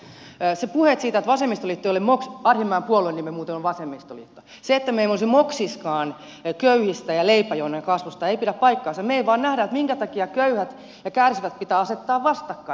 puheet siitä että vasemmistoliitto ei ole moksiskaan arhinmäen puolueen nimi on muuten vasemmistoliitto se että me emme olisi moksiskaan köyhistä ja leipäjonojen kasvusta ei pidä paikkaansa me emme vain näe minkä takia köyhät ja kärsivät pitää asettaa vastakkain